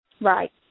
Right